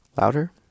louder